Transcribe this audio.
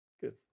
Good